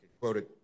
quoted